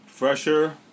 Fresher